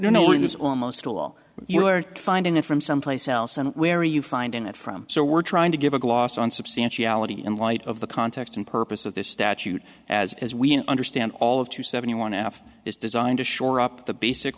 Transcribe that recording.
oh no it is almost all you are finding it from someplace else and where are you finding that from so we're trying to give a gloss on substantiality in light of the context and purpose of this statute as as we understand all of two seventy one f is designed to shore up the basic